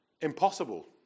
impossible